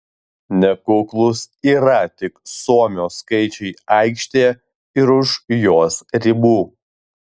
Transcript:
nekuklūs yra tik suomio skaičiai aikštėje ir už jos ribų